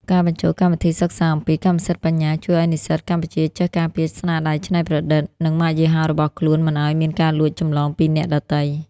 ការបញ្ចូលកម្មវិធីសិក្សាអំពី "កម្មសិទ្ធិបញ្ញា" ជួយឱ្យនិស្សិតកម្ពុជាចេះការពារស្នាដៃច្នៃប្រឌិត និងម៉ាកយីហោរបស់ខ្លួនមិនឱ្យមានការលួចចម្លងពីអ្នកដទៃ។